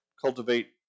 cultivate